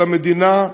למדינה,